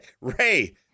Ray